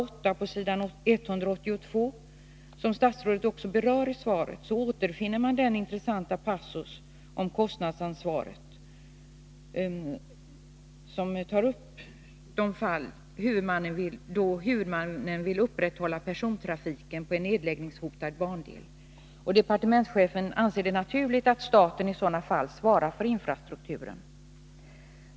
8, s. 182, som statsrådet också berör i svaret, återfinner man den intressanta passus om kostnadsansvaret där de fall tas upp då huvudmannen vill upprätthålla persontrafiken på en nedläggningshotad bandel. Departementschefen anser det naturligt att staten i sådana fall svarar för infrastrukturen.